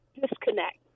disconnect